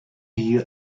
you